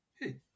Hey